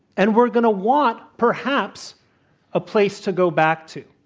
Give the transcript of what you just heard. and we're going to want perhaps a place to go back to.